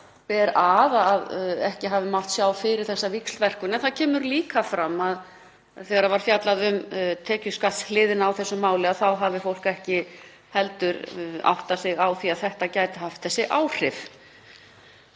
að, að ekki hafi mátt sjá þessa víxlverkun fyrir. En það kemur líka fram að þegar fjallað var um tekjuskattshliðina á þessu máli hafi fólk ekki heldur áttað sig á því að þetta gæti haft þessi áhrif.